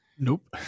Nope